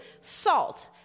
salt